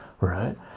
right